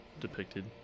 depicted